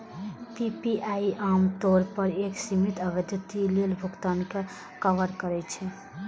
PPI आम तौर पर एक सीमित अवधि लेल भुगतान कें कवर करै छै